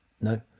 No